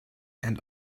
and